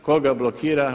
Tko ga blokira?